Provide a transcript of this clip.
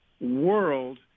world